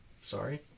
sorry